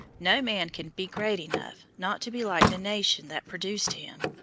no man can be great enough not to be like the nation that produced him,